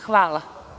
Hvala.